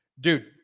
Dude